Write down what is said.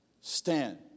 stand